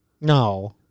No